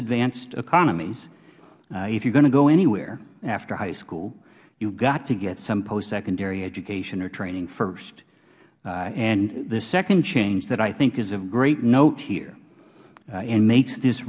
advanced economies if you are going to go anywhere after high school you have to get some post secondary education or training first and the second change that i think is of great note here and makes this